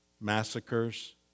massacres